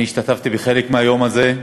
אני השתתפתי בחלק מהיום הזה,